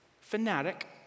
fanatic